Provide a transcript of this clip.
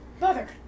mother